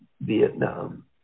Vietnam